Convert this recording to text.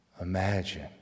imagine